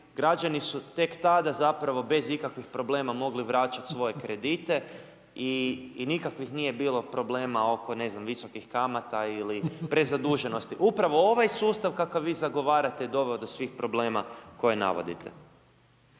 građani su tek tada zapravo bez ikakvih problema mogli vraćati svoje kredite i nikakvih nije bilo problema oko ne znam, visokih kamata o prezaduženosti, upravo ovaj sustav kakav vi zagovarate je doveo do svih problema koje navodite.